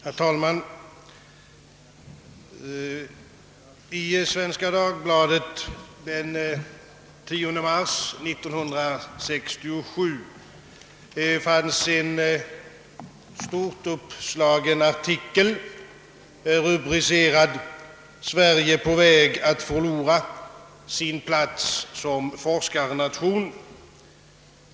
Herr talman! I Svenska Dagbladet av den 10 mars 1967 fanns en stort uppslagen artikel, rubricerad »Sverige på väg att förlora sin plats som forskarnation».